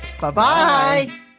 Bye-bye